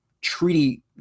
Treaty